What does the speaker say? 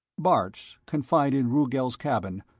bart, confined in rugel's cabin,